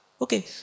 Okay